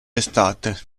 estate